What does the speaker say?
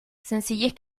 sencillez